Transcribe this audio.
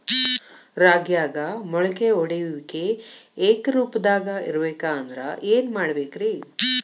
ರಾಗ್ಯಾಗ ಮೊಳಕೆ ಒಡೆಯುವಿಕೆ ಏಕರೂಪದಾಗ ಇರಬೇಕ ಅಂದ್ರ ಏನು ಮಾಡಬೇಕ್ರಿ?